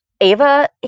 Ava